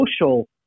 social